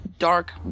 Dark